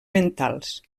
mentals